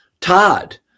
todd